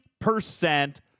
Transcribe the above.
percent